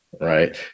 right